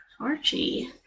Archie